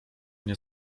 nie